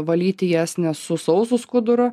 valyti jas ne su sausu skuduru